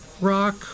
rock